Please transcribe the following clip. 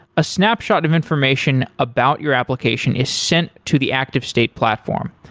a snapshot of information about your application is sent to the active state platform.